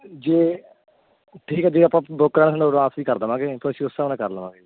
ਜੇ ਠੀਕ ਹੈ ਜੇ ਆਪਾਂ ਬੁੱਕ ਕਰਾਉਣਾ ਤੁਹਾਨੂੰ ਰਾਤ ਹੀ ਕਰ ਦੇਵਾਂਗੇ ਕੁਛ ਉਸ ਹਿਸਾਬ ਨਾਲ ਕਰ ਲਵਾਂਗੇ ਜੀ